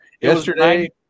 Yesterday